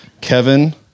Kevin